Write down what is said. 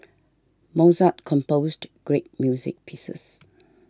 Mozart composed great music pieces